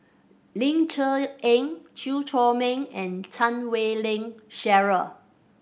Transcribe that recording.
Ling Cher Eng Chew Chor Meng and Chan Wei Ling Cheryl